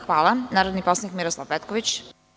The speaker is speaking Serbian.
Reč ima narodni poslanik Miroslav Petković.